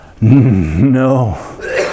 no